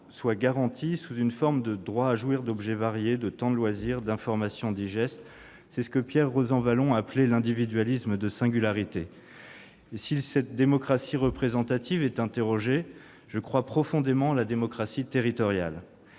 soit garantie sous une forme de droit à jouir d'objets variés, de temps de loisirs, d'informations digestes. Pierre Rosanvallon appelle cela « l'individualisme de singularité ». Si la démocratie représentative est interrogée, je crois profondément en la démocratie territoriale,